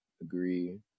agree